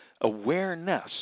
Awareness